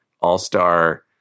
all-star